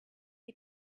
you